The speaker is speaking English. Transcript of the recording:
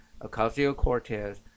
Ocasio-Cortez